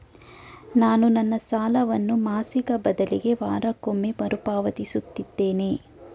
ನಾನು ನನ್ನ ಸಾಲವನ್ನು ಮಾಸಿಕ ಬದಲಿಗೆ ವಾರಕ್ಕೊಮ್ಮೆ ಮರುಪಾವತಿಸುತ್ತಿದ್ದೇನೆ